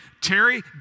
Terry